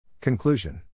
Conclusion